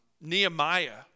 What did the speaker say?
Nehemiah